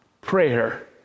prayer